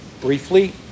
briefly